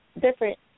different